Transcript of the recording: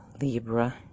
Libra